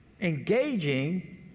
engaging